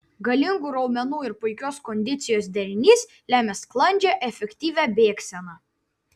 galingų raumenų ir puikios kondicijos derinys lemia sklandžią efektyvią bėgseną